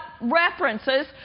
references